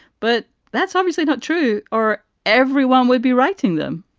but that's obviously not true or everyone would be writing them